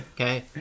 Okay